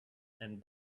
and